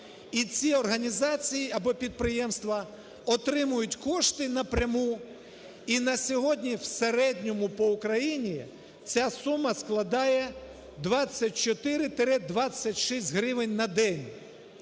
І ці організації або підприємства отримують кошти напряму, і на сьогодні в середньому по Україні ця сума складає 24-26 гривень на день.